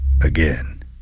again